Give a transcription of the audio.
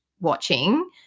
watching